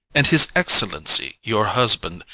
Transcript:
and his excellency, your husband,